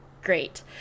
Great